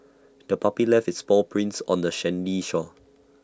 the puppy left its paw prints on the sandy shore